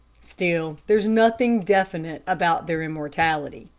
still, there's nothing definite about their immortality,